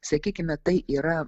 sakykime tai yra